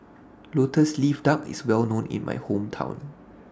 Lotus Leaf Duck IS Well known in My Hometown